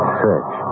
search